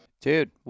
Dude